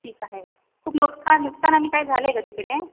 ठीक आहे खूप नुसका नुकसान आणि काय झालं आहे का तिकडे